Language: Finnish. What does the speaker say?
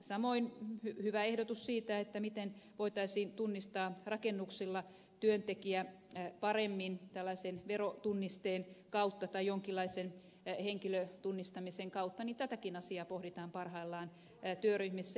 samoin hyvää ehdotusta siitä miten voitaisiin tunnistaa rakennuksilla työntekijä paremmin verotunnisteen kautta tai jonkinlaisen henkilötunnistamisen kautta pohditaan parhaillaan työryhmissä